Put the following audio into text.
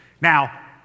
Now